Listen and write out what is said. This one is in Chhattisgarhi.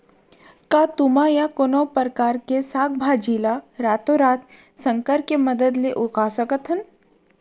का तुमा या कोनो परकार के साग भाजी ला रातोरात संकर के मदद ले उगा सकथन?